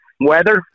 Weather